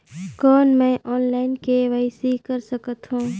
कौन मैं online KYC कर सकथव?